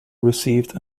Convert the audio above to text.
received